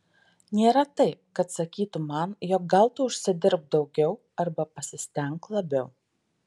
nėra taip kad sakytų man jog gal tu užsidirbk daugiau arba pasistenk labiau